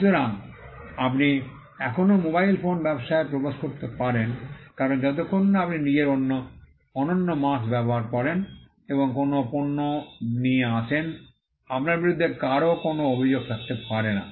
সুতরাং আপনি এখনও মোবাইল ফোন ব্যবসায় প্রবেশ করতে পারেন কারণ যতক্ষণ না আপনি নিজের অনন্য মার্ক্স্ ব্যবহার করেন এবং কোনও পণ্য নিয়ে আসেন আপনার বিরুদ্ধে কারও কোনও অভিযোগ থাকতে পারে না